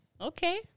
Okay